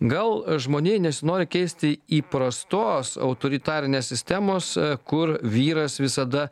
gal žmonijai nesinori keisti įprastos autoritarinės sistemos kur vyras visada